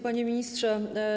Panie Ministrze!